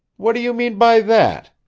what do you mean by that?